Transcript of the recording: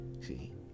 See